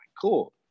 cool